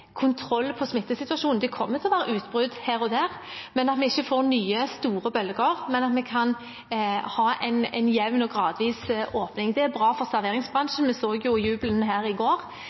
være utbrudd her og der, men vi håper at vi ikke får nye, store bølger og kan ha en jevn og gradvis åpning. Det er bra for serveringsbransjen. Vi så jubelen her i går.